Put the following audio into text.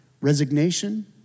resignation